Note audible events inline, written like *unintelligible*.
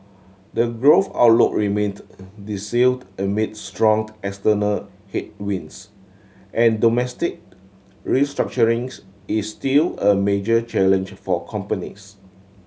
the growth outlook remains dicey amid strong external headwinds and domestic restructuring *unintelligible* is still a major challenge for companies